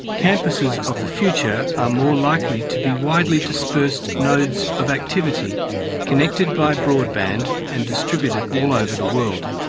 campuses of the future are more likely to be widely dispersed nodes of activity connected by broadband and distributed all over the world.